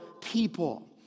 people